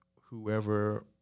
whoever